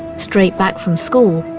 straight back from school,